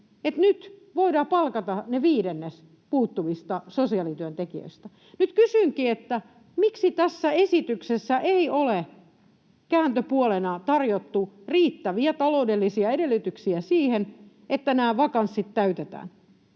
nyt voidaan palkata viidennes puuttuvista sosiaalityöntekijöistä? Nyt kysynkin, miksi tässä esityksessä ei ole kääntöpuolena tarjottu riittäviä taloudellisia edellytyksiä siihen, että nämä vakanssit täytetään.